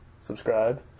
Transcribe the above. Subscribe